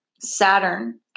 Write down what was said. Saturn